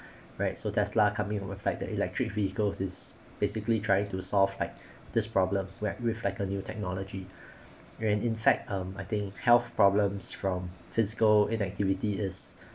right so tesla coming over the fact that electric vehicles is basically trying to solve like this problem where with like a new technology and in fact um I think health problems from physical inactivity is